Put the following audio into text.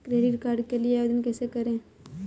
Credit card के लिए आवेदन कैसे करें?